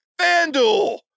FanDuel